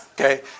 Okay